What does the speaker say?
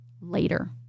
later